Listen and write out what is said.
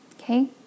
okay